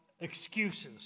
excuses